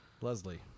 Leslie